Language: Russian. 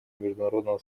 международного